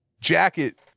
jacket